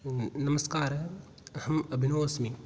न नमस्कारः अहम् अभिनोस्मि